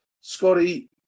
Scotty